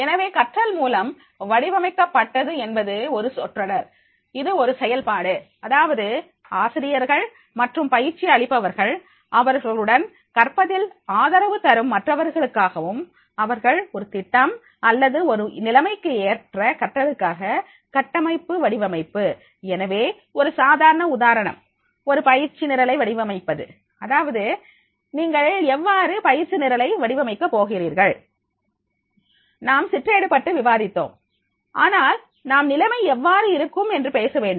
எனவே கற்றல் மூலம் வடிவமைக்கப்பட்டது என்பது ஒரு சொற்றொடர் இது ஒரு செயல்பாடு அதாவது ஆசிரியர்கள் மற்றும் பயிற்சி அளிப்பவர்கள் அவர்களுடன் கற்பதில் ஆதரவு தரும் மற்றவர்களுக்காகவும் அவர்கள் ஒரு திட்டம் அல்லது ஒரு நிலைமைக்கு ஏற்ற கற்றலுக்காக கட்டமைப்பு வடிவமைப்பு எனவே ஒரு சாதாரண உதாரணம் ஒரு பயிற்சி நிரலை வடிவமைப்பது அதாவது நீங்கள் எவ்வாறு பயிற்சி நிரலை வடிவமைக்க போகிறீர்கள் நாம் சிற்றேடு பற்றி விவாதித்தோம் ஆனால் நாம் நிலைமை எவ்வாறு இருக்கும் என்று பேச வேண்டும்